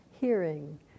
hearing